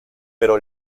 pero